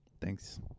Thanks